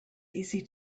easy